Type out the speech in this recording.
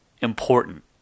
important